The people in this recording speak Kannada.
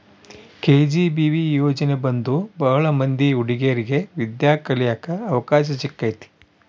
ಕೆ.ಜಿ.ಬಿ.ವಿ ಯೋಜನೆ ಬಂದು ಭಾಳ ಮಂದಿ ಹುಡಿಗೇರಿಗೆ ವಿದ್ಯಾ ಕಳಿಯಕ್ ಅವಕಾಶ ಸಿಕ್ಕೈತಿ